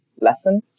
lesson